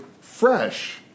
fresh